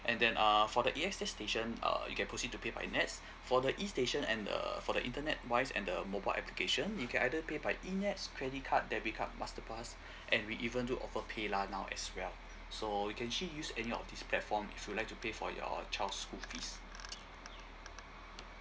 and then uh for the A_X_S station uh you can proceed to pay by nets for the e station and the for the internet wise and the mobile application you can either pay by e nets credit card debt card masterpass and we even do offer paylah now as well so you can actually use any of this platform if you'd like to pay for your child's school fees